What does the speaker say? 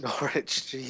Norwich